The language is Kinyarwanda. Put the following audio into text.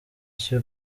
icyo